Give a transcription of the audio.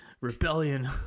rebellion